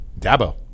Dabo